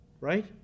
right